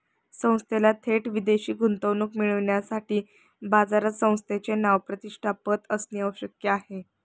संस्थेला थेट विदेशी गुंतवणूक मिळविण्यासाठी बाजारात संस्थेचे नाव, प्रतिष्ठा, पत असणे आवश्यक आहे